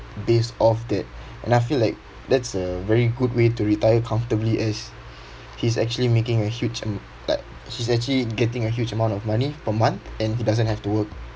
based off that and I feel like that's a very good way to retire comfortably as he's actually making a huge am~ like he's actually getting a huge amount of money per month and he doesn't have to work